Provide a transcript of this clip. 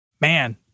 Man